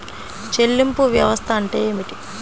చెల్లింపు వ్యవస్థ అంటే ఏమిటి?